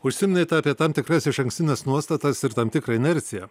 užsiminėte apie tam tikras išankstines nuostatas ir tam tikrą inerciją